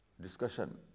discussion